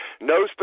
No